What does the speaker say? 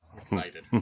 Excited